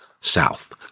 south